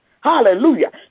Hallelujah